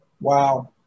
Wow